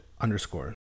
underscore